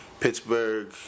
Pittsburgh